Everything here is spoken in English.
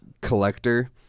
collector